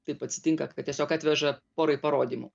taip atsitinka kad tiesiog atveža porai parodymų